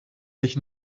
sich